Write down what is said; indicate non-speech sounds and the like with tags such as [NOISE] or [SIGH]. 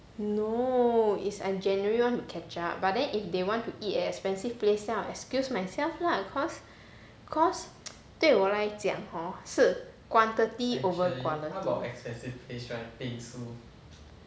no it's I genuinely want to catch up but then if they want to eat at expensive place then I will excuse myself lah of cause cause [NOISE] 对我来讲 hor 是 quantity over quality